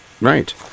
right